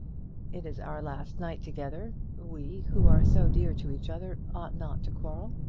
it is our last night together. we, who are so dear to each other, ought not to quarrel.